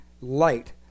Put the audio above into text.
light